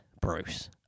Bruce